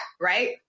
Right